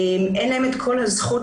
אין להם את כל הזכות